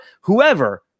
whoever